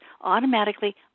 automatically